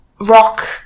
rock